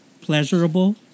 pleasurable